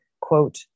quote